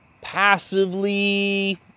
passively